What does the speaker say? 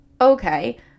Okay